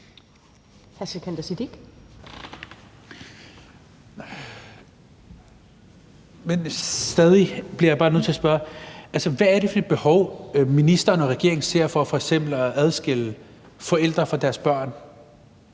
Hvad er det for et behov, ministeren og regeringen ser for f.eks. at adskille forældre fra deres børn